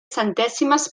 centèsimes